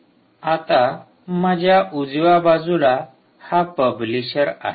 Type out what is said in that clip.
आता माझ्या उजव्या बाजूला हा पब्लिशर आहे